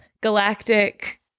galactic